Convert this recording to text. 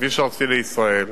(כביש ארצי לישראל),